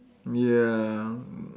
ya